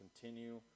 continue